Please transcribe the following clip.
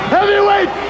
Heavyweight